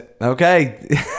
Okay